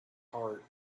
heart